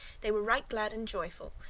they were right glad and joyful,